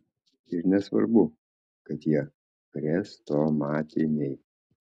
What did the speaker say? ir nesvarbu kad jie chrestomatiniai